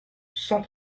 cent